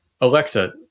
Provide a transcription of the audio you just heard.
Alexa